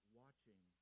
watching